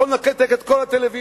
הוא יכול לנתק את כל הטלוויזיות,